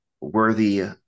worthy